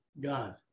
God